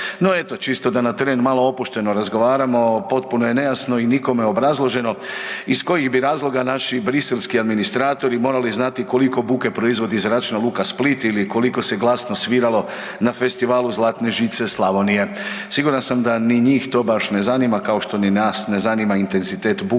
na eto čisto da na terenu malo opušteno razgovaramo potpuno je nejasno i nikome obrazloženo iz kojih bi razloga naši briselski administratori morali znati koliko buke proizvodi Zračna luka Split ili koliko se glasno sviralo na Festivalu Zlatne žice Slavonije. Siguran sam da ni njih to baš ne zanima kao što ni nas ne zanima intenzitet buke